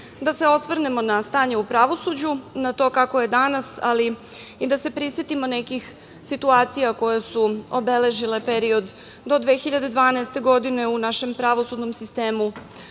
da se osvrnemo na stanje u pravosuđu, na to kako je danas, ali i da se prisetimo nekih situacija koje su obeležile period do 2012. godine u našem pravosudnom sistemu.